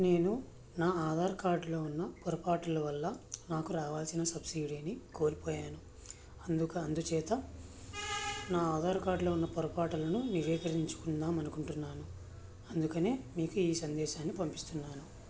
నేను నా ఆధార్ కార్డులో ఉన్న పొరపాట్ల వల్ల నాకు రావాల్సిన సబ్సిడీని కోల్పోయాను అందుకు అందుచేత నా ఆధార్ కార్డులో ఉన్న పొరపాట్లను నవీకరించుకుందాం అనుకుంటున్నాను అందుకనే మీకు ఈ సందేశాన్ని పంపిస్తున్నాను